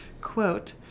Quote